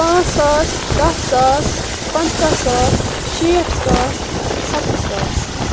پانٛژھ ساس دہ ساس پنژہ ساس شیٹھ ساس ستتھ ساس